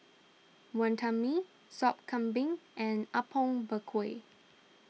Wantan Mee Sop Kambing and Apom Berkuah